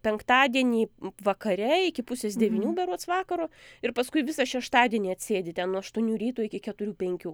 penktadienį vakare iki pusės devynių berods vakaro ir paskui visą šeštadienį atsėdi ten nuo aštuonių ryto iki keturių penkių